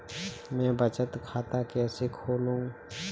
मैं बचत खाता कैसे खोलूं?